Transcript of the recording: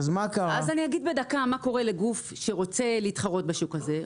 אגיד בדקה מה קורה לגוף שרוצה להתחרות בשוק הזה,